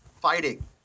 fighting